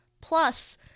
Plus